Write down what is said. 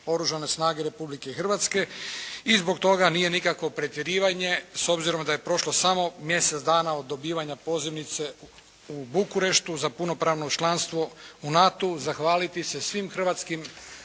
Oružane snage Republike Hrvatske i zbog toga nije nikakvo pretjerivanje, s obzirom da je prošlo samo mjesec dana od dobivanja pozivnice u Bukureštu za punopravno članstvo u NATO-u, zahvaliti se svim Hrvatskim